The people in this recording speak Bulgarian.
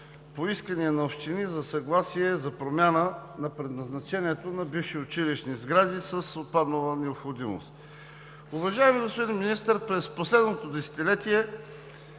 по искания на общини за съгласие за промяна на предназначението на бивши училищни сгради с отпаднала необходимост. Уважаеми господин Министър, през последното десетилетие